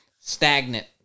stagnant